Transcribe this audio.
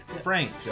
Frank